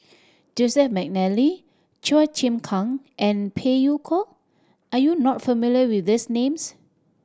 Joseph McNally Chua Chim Kang and Phey Yew Kok are you not familiar with these names